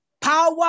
Power